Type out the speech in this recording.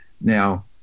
Now